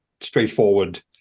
straightforward